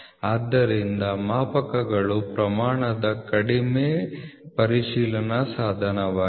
ಆದ್ದರಿಂದ ಮಾಪಕಗಳು ಪ್ರಮಾಣದ ಕಡಿಮೆ ಪರಿಶೀಲನಾ ಸಾಧನವಾಗಿದೆ